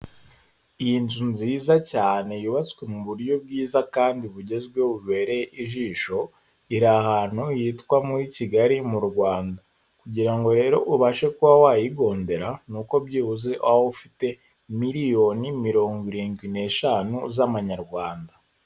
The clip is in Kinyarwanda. Iyi nzu nziza cyane yubatswe mu buryo bwiza kandi bugezweho bubereye ijisho, iri ahantu hitwa muri Kigali mu Rwanda, kugira ngo rero ubashe kuba wayigondera nuko byibuze waba ufite miliyoni mirongo irindwi n'eshanu z'amanyarwanda.